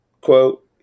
quote